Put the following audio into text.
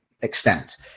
extent